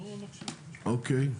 אוקיי.